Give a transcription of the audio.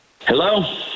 Hello